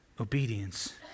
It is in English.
Obedience